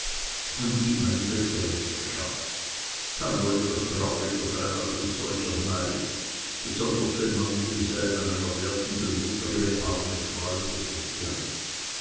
und ihm ein besseres verschafft kann wohl etwas trauriger sein als solcher neid besonders wenn man mit demselben einer werdenden mutter ihre arme freude verderbt